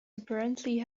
apparently